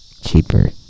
Cheaper